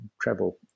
travel